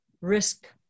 risk